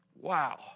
Wow